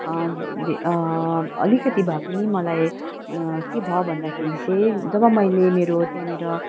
धे अलिकति भए पनि मलाई के भयो भन्दाखेरि चाहिँ जब मैले मेरो त्यहाँनिर